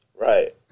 Right